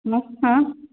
मग हां